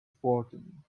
fourteen